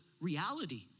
reality